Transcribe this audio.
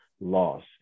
loss